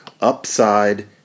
upside